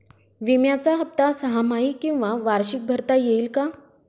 विम्याचा हफ्ता सहामाही किंवा वार्षिक भरता येईल का?